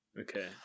Okay